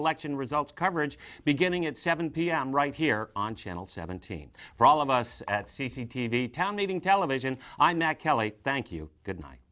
election results coverage beginning at seven pm right here on channel seventeen for all of us at c c t v town meeting television i'm not kelly thank you good night